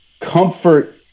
comfort